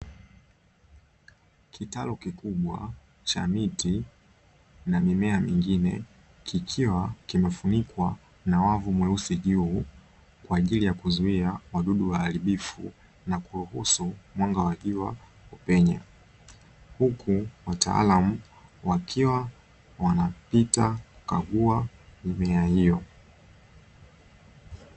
kitalu kikubwa cha miti na mimea mingine kikiwa kimefunikwa na wavu mweusi juu kwa ajili ya kuzuia wadudu waharibifu na kuruhusu mwanga wa jua kupenya. Huku wataalamu wakiwa wanapita kukagua mimea hiyo.